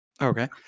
Okay